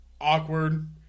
awkward